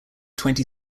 twenty